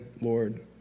Lord